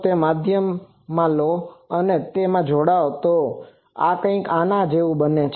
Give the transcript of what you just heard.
તો જો તમે ધ્યાનમાં લો કે જો તમે જોડાઓ છો તો આ કંઈક આના જેવું બને છે